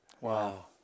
Wow